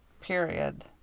period